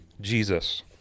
Jesus